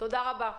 תודה רבה.